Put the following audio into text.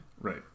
Right